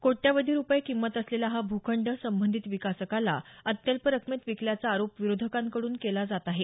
कोट्यावधी रुपये किंमत असलेला हा भूखंड संबंधित विकासकाला अत्यल्प रकमेत विकल्याचा आरोप विरोधकांकडून केला जातो आहे